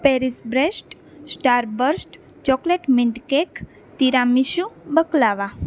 Paris Brest star burst chocolate mint cake tiramisu baklava